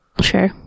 Sure